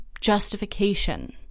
justification